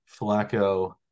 Flacco